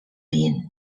been